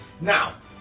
Now